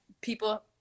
people